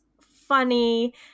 funny